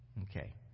Okay